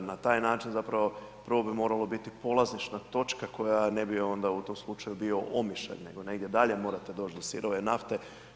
Na taj način, zapravo, prvo bi morala biti polazišna točka, koja ne bi onda u tom slučaju bio Omišalj, nego negdje dalje morate doći do sirove nafte.